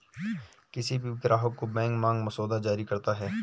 किसी भी ग्राहक को बैंक मांग मसौदा जारी करता है